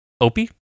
Opie